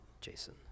Jason